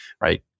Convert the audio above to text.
right